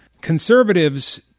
conservatives